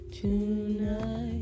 tonight